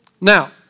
Now